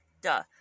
Duh